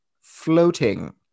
floating-